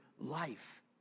life